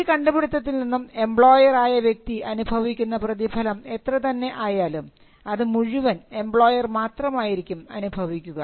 ഈ കണ്ടുപിടിത്തത്തിൽ നിന്നും എംപ്ലോയർ ആയ വ്യക്തി അനുഭവിക്കുന്ന പ്രതിഫലം എത്ര തന്നെ ആയാലും അത് മുഴുവൻ എംപ്ലോയർ മാത്രമായിരിക്കും അനുഭവിക്കുക